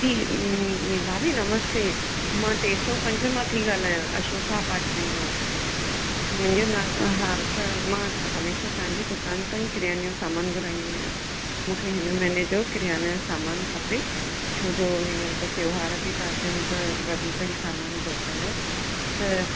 जी भाभी नमस्ते मां टे सौ पंज मां थी ॻाल्हायां अशोका अपार्टमेंट मां मुंहिंजो नालो हा त मां हमेशह तव्हांजी दुकान था ई किरयाने जो सामान घुराईंदी आहियां मूंखे हिन महीने जो किरयाने जो सामानु खपे छो जो त्योहार बि त अचनि त वधीक ई सामानु घुरिजंदो त